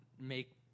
make